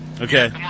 Okay